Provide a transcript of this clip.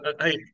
hey